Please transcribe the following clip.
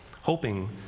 hoping